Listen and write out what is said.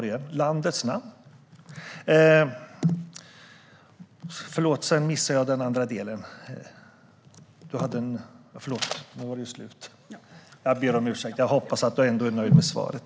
Du hade en till fråga, Lotta Johnsson Fornarve, men nu är talartiden slut. Jag ber om ursäkt och hoppas att du ändå är nöjd med svaret.